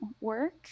work